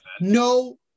no